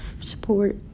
support